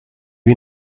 you